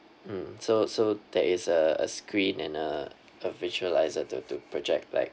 mm so so there is a a screen and a a visualizer to to project like